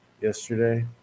yesterday